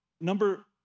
number